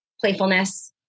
Playfulness